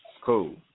Cool